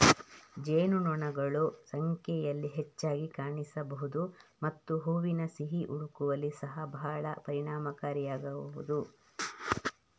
ಜೇನುನೊಣಗಳು ಸಂಖ್ಯೆಯಲ್ಲಿ ಹೆಚ್ಚಾಗಿ ಕಾಣಿಸಬಹುದು ಮತ್ತು ಹೂವಿನ ಸಿಹಿ ಹುಡುಕುವಲ್ಲಿ ಸಹ ಬಹಳ ಪರಿಣಾಮಕಾರಿಯಾಗಬಹುದು